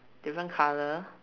different colour